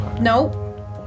nope